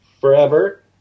forever